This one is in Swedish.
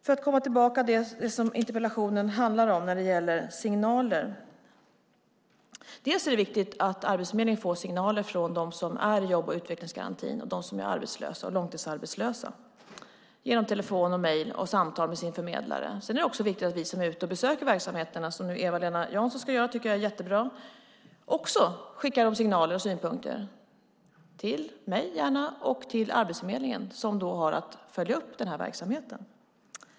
För att gå tillbaka till det som interpellationen handlar om vill jag när det gäller signaler säga att det är viktigt att Arbetsförmedlingen får signaler från dem som är i jobb och utvecklingsgarantin, från dem som är långtidsarbetslösa. Det kan ske via telefon, mejl och samtal med sin förmedlare. Det är också viktigt att de som är ute och besöker verksamheterna, vilket Eva-Lena Jansson nu ska göra och som jag tycker är jättebra, skickar signaler och synpunkter, gärna till mig och till Arbetsförmedlingen, som då har att följa upp verksamheten.